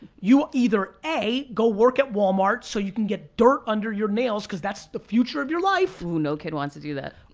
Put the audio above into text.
you either a, go work at walmart, so you can get dirt under your nails, cause that's the future of your life. no kid wants to do that.